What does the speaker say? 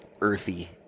earthy